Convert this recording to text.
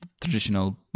traditional